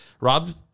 Rob